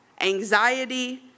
anxiety